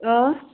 آ